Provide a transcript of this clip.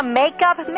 makeup